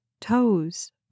toes